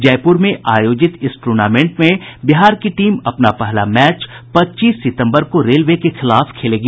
जयपुर में आयोजित इस टूर्नामेंट में बिहार की टीम अपना पहला मैच पच्चीस सितंबर को रेलवे के खिलाफ खेलेगी